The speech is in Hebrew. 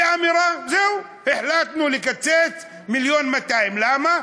באמירה: זהו, החלטנו לקצץ 1.2. למה?